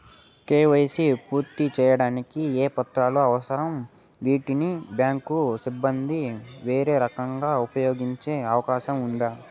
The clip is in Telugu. కే.వై.సి పూర్తి సేయడానికి ఏ పత్రాలు అవసరం, వీటిని బ్యాంకు సిబ్బంది వేరే రకంగా ఉపయోగించే అవకాశం ఉందా?